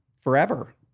forever